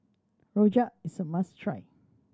Rojak is a must try